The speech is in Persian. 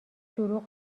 دروغ